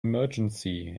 emergency